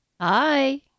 Hi